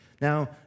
Now